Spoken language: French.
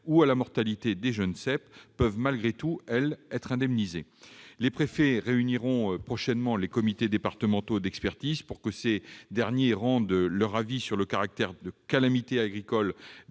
à la mortalité des jeunes ceps peuvent malgré tout être indemnisées. Les préfets réuniront prochainement les comités départementaux d'expertise pour que ces derniers rendent leur avis sur le caractère de calamité agricole des